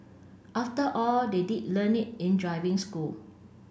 after all they did learn it in driving school